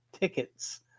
tickets